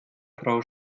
frau